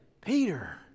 Peter